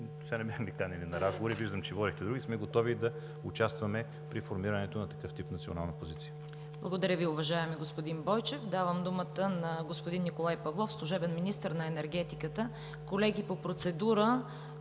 досега не бяхме канени на разговори, виждам, че водехте други, сме готови да участваме при формирането на такъв тип национална позиция. ПРЕДСЕДАТЕЛ ЦВЕТА КАРАЯНЧЕВА: Благодаря Ви, уважаеми господин Бойчев. Давам думата на господин Николай Павлов – служебен министър на енергетиката. Колеги, по процедура